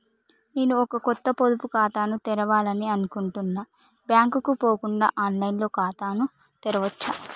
నేను ఒక కొత్త పొదుపు ఖాతాను తెరవాలని అనుకుంటున్నా బ్యాంక్ కు పోకుండా ఆన్ లైన్ లో ఖాతాను తెరవవచ్చా?